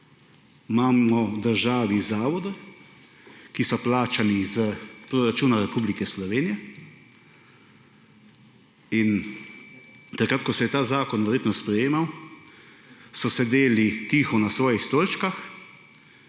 Imamo v državi zavode, ki so plačani iz proračuna Republike Slovenije in takrat, ko se je ta zakon verjetno sprejemal, so sedeli tiho na svojih stolčkih,